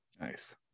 Nice